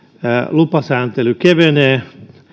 lupasääntely kevenee